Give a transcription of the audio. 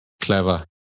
Clever